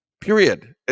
period